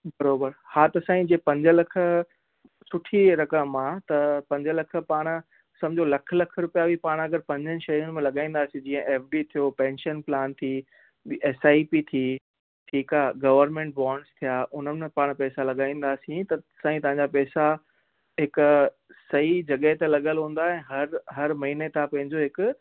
बराबरि हा त साईं पंज लख सुठी रक़म आहे त पंज लख पाण सम्झो लखु लखु रुपिया बि पाण अगरि पंजनि शयुनि में लॻाईंदासीं जीअं एफ़ डी थियो पैंशन प्लान थी ॿी एस आई पी थी ठीकु आहे गवर्मेंट बॉन्डस थिया हुननि में पाण पेसा लॻाईंदासीं त साईं तव्हांजा पेसा हिक सई जॻह ते लॻल हूंदा ऐं हरु हरु महीने तव्हां पंहिंजो हिकु